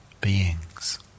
beings